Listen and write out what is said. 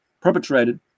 perpetrated